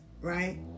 Right